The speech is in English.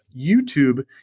YouTube